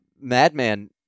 madman